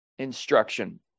instruction